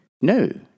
No